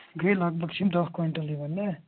گٔیے لگ بگ چھِ یِم دہ کویِنٹَل یِوان نہ